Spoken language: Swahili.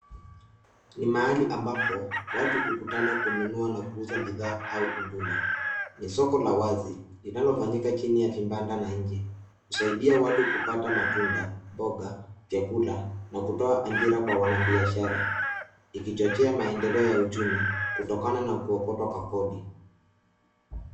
Ni mahali ambapo watu hukutana kununua na kuuza bidhaa au huduma. Ni soko la wazi linalofanyika chini ya vibanda na nje, husaidia watu kupata matunda, mboga, vyakula na kutoa ajira kwa wanabiashara, ikichochea maendeleo ya uchumi kutokana na kuokotwa kwa kodi.